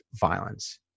violence